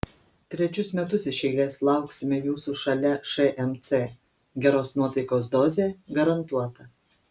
trečius metus iš eiles lauksime jūsų šalia šmc geros nuotaikos dozė garantuota